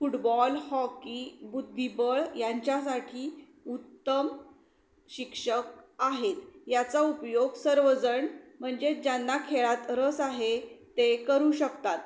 football hockey बुद्धिबळ यांच्यासाठी उत्तम शिक्षक आहेत याचा उपयोग सर्वजण म्हणजे ज्यांना खेळात रस आहे ते करू शकतात